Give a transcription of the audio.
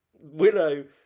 Willow